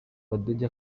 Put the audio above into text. badege